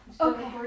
Okay